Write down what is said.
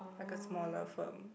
like a smaller firm